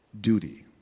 duty